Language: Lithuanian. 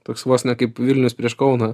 toks vos ne kaip vilnius prieš kauną